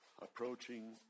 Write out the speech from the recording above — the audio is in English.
Approaching